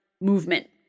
movement